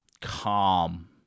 calm